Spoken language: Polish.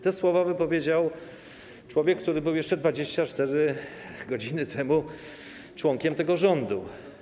Te słowa wypowiedział człowiek, który był jeszcze 24 godziny temu członkiem tego rządu.